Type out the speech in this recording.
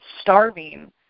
starving